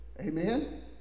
amen